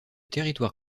territoire